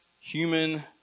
human